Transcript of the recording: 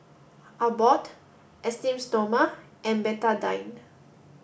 Abbott Esteem Stoma and Betadine